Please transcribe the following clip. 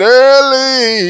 early